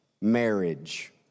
marriage